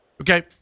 Okay